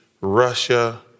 Russia